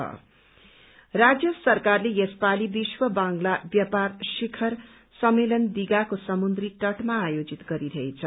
विश्व बांग्ला राज्य सरकारले यस पालि विश्व बांग्ला व्यापार शिखर सम्मेलन दीघाको समुद्री तटमा आयोजित गरिरहेछ